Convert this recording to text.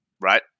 Right